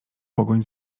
pogoń